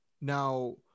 now